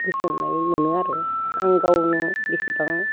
गोजोननाय मोनो आरो आं गावनो बिसिबां